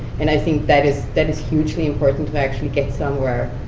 and i think that is that is hugely important to actually get somewhere,